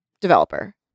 developer